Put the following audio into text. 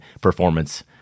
performance